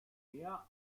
mehr